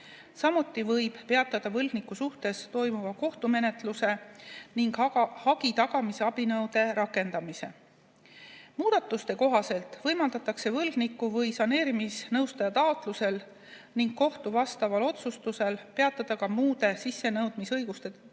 Samuti võib peatada võlgniku suhtes toimuva kohtumenetluse ning hagi tagamise abinõude rakendamise. Muudatuste kohaselt võimaldatakse võlgniku või saneerimisnõustaja taotlusel ning kohtu otsusel peatada ka muude sissenõudmisõiguste teostamine,